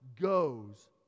goes